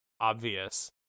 obvious